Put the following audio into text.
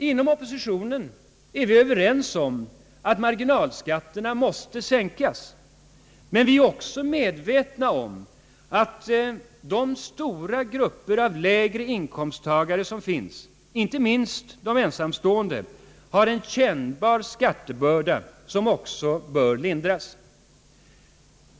Inom oppositionen är vi överens om att marginalskatterna måste sänkas, men vi är också medvetna om att de stora grupper av lägre inkomsttagare som finns — inte minst de ensamstående — har en kännbar skattebörda, som också bör lindras.